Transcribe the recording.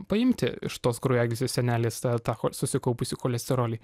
paimti iš tos kraujagyslės sienelės tą tą susikaupusį cholesterolį